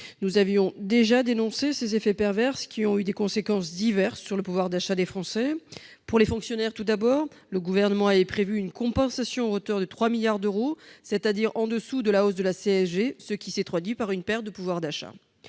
Nous avions déjà dénoncé ces effets pervers qui ont eu des conséquences diverses sur le pouvoir d'achat des Français. Je pense d'abord aux fonctionnaires : le Gouvernement avait prévu une compensation à hauteur de 3 milliards d'euros, c'est-à-dire en dessous de la hausse de la CSG, ce qui s'est traduit par une perte de pouvoir d'achat.